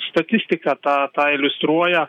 statistika tą tą iliustruoja